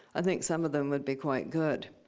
i think some of them would be quite good,